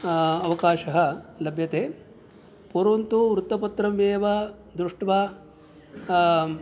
अवकाशः लभ्यते परन्तु वृत्तपत्रमेव दृष्ट्वा